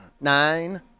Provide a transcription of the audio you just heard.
nine